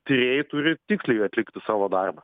tyrėjai turi tiksliai atlikti savo darbą